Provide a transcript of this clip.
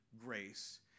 grace